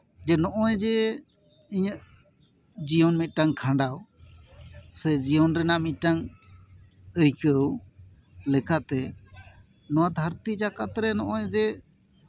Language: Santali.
ᱡᱮ ᱱᱚᱜ ᱚᱭ ᱡᱮ ᱤᱧᱟᱹᱜ ᱡᱤᱭᱚᱱ ᱢᱤᱫᱴᱟᱱ ᱠᱷᱟᱸᱱᱰᱟᱣ ᱥᱮ ᱡᱤᱭᱚᱱ ᱨᱮᱱᱟᱜ ᱢᱤᱫᱴᱟᱱ ᱟᱹᱭᱠᱟᱹᱣ ᱞᱮᱠᱟᱛᱮ ᱱᱚᱶᱟ ᱫᱷᱟᱹᱨᱛᱤ ᱡᱟᱠᱟᱛ ᱨᱮ ᱱᱚᱜ ᱚᱭ ᱡᱮ